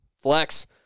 flex